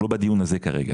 אנחנו לא בדיון הזה כרגע.